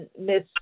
Miss